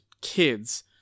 kids